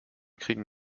kriegen